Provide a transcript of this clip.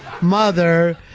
mother